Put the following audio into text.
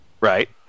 right